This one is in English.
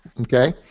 Okay